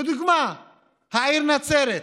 לדוגמה, העיר נצרת,